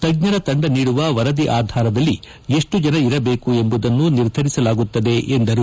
ತಜ್ಞರ ತಂಡ ನೀಡುವ ವರದಿ ಆಧಾರದಲ್ಲಿ ಎಷ್ಟು ಜನ ಇರಬೇಕು ಎಂಬುದನ್ನು ನಿರ್ಧರಿಸಲಾಗುತ್ತದೆ ಎಂದರು